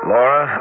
Laura